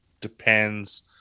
Depends